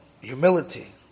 humility